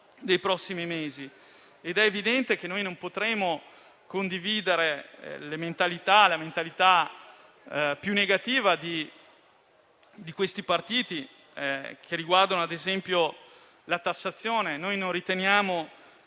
è evidente che non potremo condividere la mentalità più negativa di questi partiti, che riguarda ad esempio la tassazione.